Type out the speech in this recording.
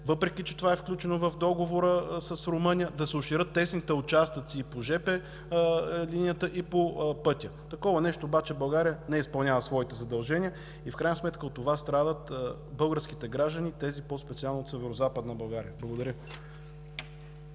въпреки че е включено в договора с Румъния да се оширят тесните участъци по жп линията и по пътя. Такова нещо обаче няма, България не изпълнява своите задължения. В крайна сметка от това страдат българските граждани и по-специално тези от Северозападна България. Благодаря.